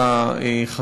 אני הצטרפתי אליו,